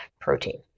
protein